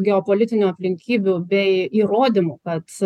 geopolitinių aplinkybių bei įrodymų kad